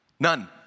None